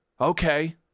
Okay